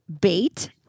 bait